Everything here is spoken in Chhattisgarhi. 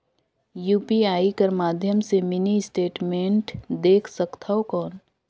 यू.पी.आई कर माध्यम से मिनी स्टेटमेंट देख सकथव कौन?